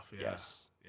Yes